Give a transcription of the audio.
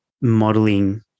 modeling